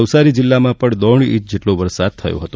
નવસારી જિલ્લામાં પણ દોઢ ઇંચ જેટલો વરસાદ પડ્યો હતો